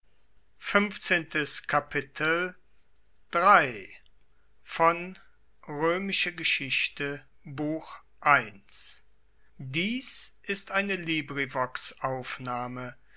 dies ist die